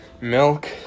Milk